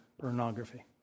pornography